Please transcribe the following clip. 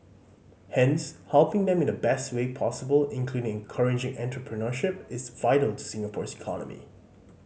hence helping them in the best way possible including encouraging entrepreneurship is vital to Singapore's economy